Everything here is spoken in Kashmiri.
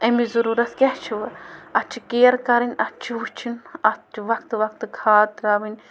امِچ ضٔروٗرَت کیٛاہ چھِ وٕ اَتھ چھِ کِیَر کَرٕنۍ اَتھ چھِ وٕچھٕن اَتھ چھِ وقتہٕ وقتہٕ کھاد ترٛاوٕنۍ